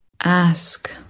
Ask